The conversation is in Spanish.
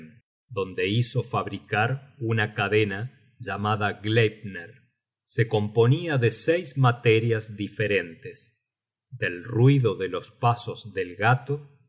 donde hizo fabricar una cadena llamada gleipner se componia de seis materias diferentes del ruido de los pasos del gato de